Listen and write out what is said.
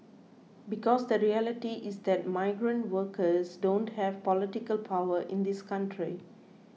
because the reality is that migrant workers don't have political power in this country